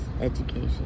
education